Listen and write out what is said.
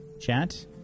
chat